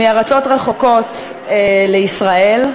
מארצות רחוקות לישראל,